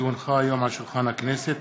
כי הונחה היום על שולחן הכנסת,